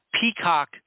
Peacock